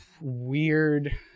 weird